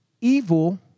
evil